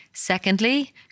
Secondly